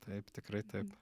taip tikrai taip